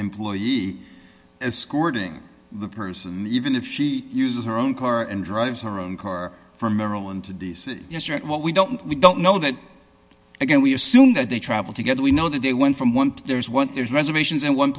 employee as courting the person even if she uses her own car and drives her own car from maryland to d c what we don't we don't know that again we assume that they travel together we know that they went from one to there's one there's reservations and one